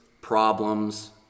problems